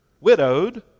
widowed